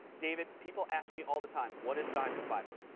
david, people ask me all the time what is diamond fibber?